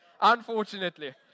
unfortunately